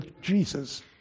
Jesus